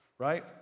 right